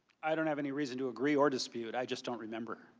i don't have any reason to agree or dispute. i just don't remember.